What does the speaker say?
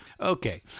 Okay